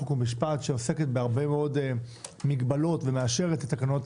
חוק ומשפט שעוסקת בהרבה מאוד מגבלות ומאשרת את תקנות